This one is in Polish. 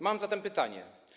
Mam zatem pytanie.